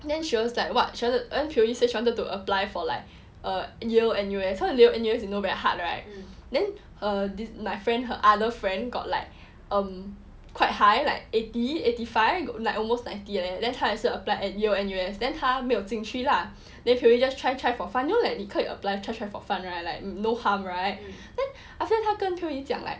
then she was like what she pio yee says she wanted to apply for like uh yale N_U_S so you know yale N_U_S is very hard right then uh this my friend her other friend got like um quite high like eighty eighty five got like almost ninety leh then 他还是 applied at yale N_U_S then 他没有进去 lah pio yee just try try for fun like you 可以 apply try try for fun right like no harm right then after that 他跟 pio yee 讲 like